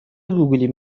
گوگول